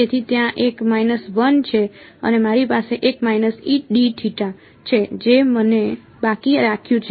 તેથી ત્યાં એક છે અને મારી પાસે એક છે જે મેં બાકી રાખ્યું છે